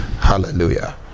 hallelujah